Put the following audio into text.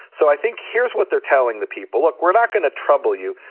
so i think, here's what they're telling the people. look, we're not gonna trouble you,